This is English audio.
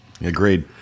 Agreed